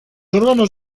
órganos